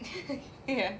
ya